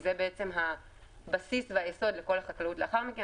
שזה הבסיס והיסוד של כל החקלאות לאחר מכן,